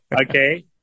Okay